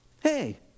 Hey